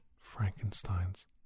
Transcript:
Frankenstein's